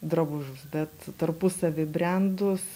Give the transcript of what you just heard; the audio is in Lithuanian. drabužius bet tarpusavy brendus